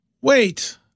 Wait